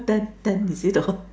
ten ten you see the